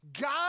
God